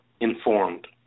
informed